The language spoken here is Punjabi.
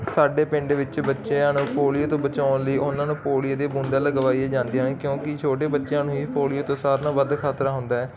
ਸਾਡੇ ਪਿੰਡ ਵਿੱਚ ਬੱਚਿਆਂ ਨੂੰ ਪੋਲੀਓ ਤੋਂ ਬਚਾਉਣ ਲਈ ਉਹਨਾਂ ਨੂੰ ਪੋਲੀਓ ਦੀਆਂ ਬੂੰਦਾਂ ਲਗਵਾਈਆ ਜਾਂਦੀਆਂ ਹਨ ਕਿਉਂਕਿ ਛੋਟੇ ਬੱਚਿਆਂ ਨੂੰ ਹੀ ਪੋਲੀਓ ਤੋਂ ਸਾਰਾ ਨਾਲੋਂ ਵੱਧ ਖਤਰਾ ਹੁੰਦਾ